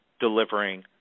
delivering